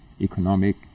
economic